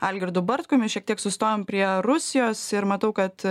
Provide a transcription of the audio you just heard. algirdu bartkumi šiek tiek sustojom prie rusijos ir matau kad